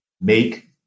make